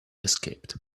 escaped